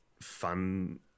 fun